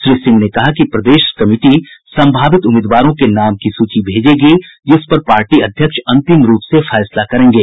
श्री सिंह ने कहा कि प्रदेश कमिटी संभावित उम्मीदवारों के नाम की सूची भेजेगी जिस पर पार्टी अध्यक्ष अंतिम रूप से फैसला करेंगे